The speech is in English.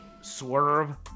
swerve